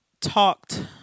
talked